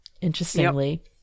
interestingly